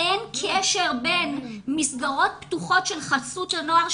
אין קשר בין מסגרות פתוחות של חסות הנוער,